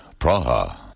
Praha